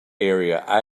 area